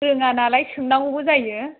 रोङा नालाय सोंनांगौबो जायो